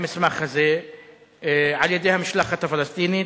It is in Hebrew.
המסמך הזה על-ידי המשלחת הפלסטינית,